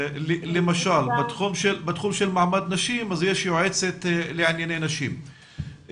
למשל, בתחום של מעמד נשים יש יועצת לענייני נשים.